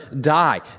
die